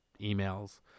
emails